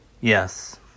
Yes